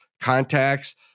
contacts